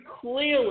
clearly